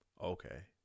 okay